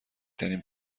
ترین